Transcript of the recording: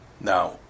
now